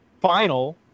final